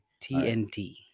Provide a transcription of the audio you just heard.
TNT